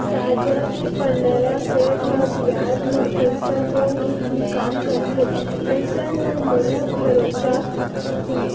साजा के पंडरा सेठ ह बियाज म पइसा देके ही काम करथे अइसन म मोला भरोसा